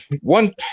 one